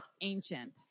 ancient